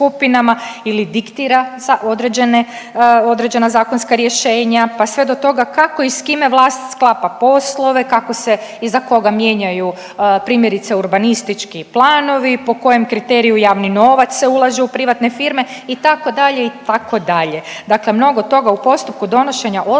ili diktira određena zakonska rješenja, pa sve do toga kako i s kime vlast sklapa poslove, kako se i za koga mijenjaju primjerice urbanistički planovi, po kojem kriteriju javni novac se ulaže u privatne firme itd. itd. Dakle, mnogo toga u postupku donošenja odluka